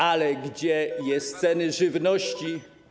Ale gdzie są ceny żywności?